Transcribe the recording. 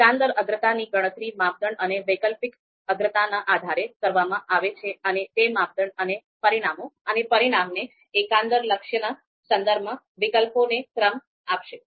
એકંદર અગ્રતાની ગણતરી માપદંડ અને વૈકલ્પિક અગ્રતાના આધારે કરવામાં આવે છે અને તે માપદંડ અને પરિણામે એકંદર લક્ષ્યના સંદર્ભમાં વિકલ્પોને ક્રમ આપશે